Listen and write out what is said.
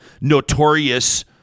notorious